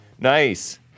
Nice